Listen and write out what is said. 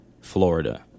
Florida